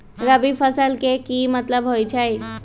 रबी फसल के की मतलब होई छई?